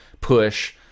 push